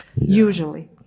Usually